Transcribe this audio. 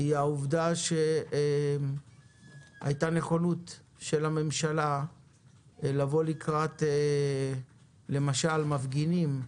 היא העובדה שהייתה נכונות של הממשלה לבוא לקראת מפגינים למשל,